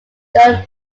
done